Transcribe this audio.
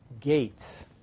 gates